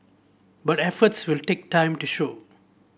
but efforts will take time to show